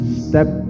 step